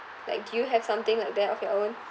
like do you have something like that of your own